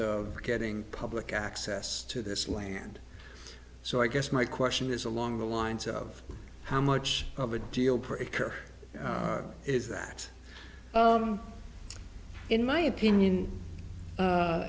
of getting public access to this land so i guess my question is along the lines of how much of a deal breaker is that in my opinion